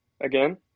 again